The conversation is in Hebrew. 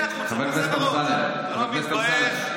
אתה לא מתבייש?